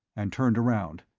and turned around.